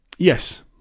Yes